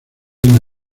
una